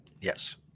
Yes